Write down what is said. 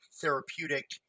therapeutic